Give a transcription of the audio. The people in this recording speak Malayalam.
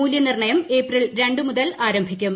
മൂല്യനിർണ്ണയം ഏപ്രിൽ രണ്ട് മുതൽ ആരംഭിക്കും